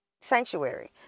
sanctuary